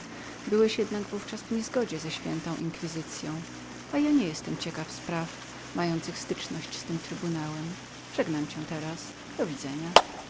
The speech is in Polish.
byłeś jednak w ówczas w niezgodzie z ś inkwizycyą a ja nie jestem ciekawym spraw mających styczność z tym trybunałem żegnam cię teraz do widzenia